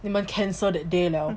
你们 cancel that day 了